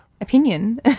opinion